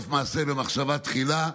במחשבה תחילה,